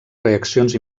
reaccions